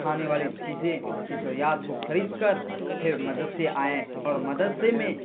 کھانے والے چیزیں کی ضروریات کو خرید کر پھر مدرسے آئے اور مدرسے میں